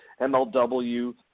MLW